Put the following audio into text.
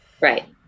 right